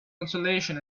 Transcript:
consolation